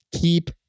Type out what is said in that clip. keep